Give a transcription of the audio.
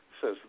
Says